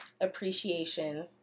appreciation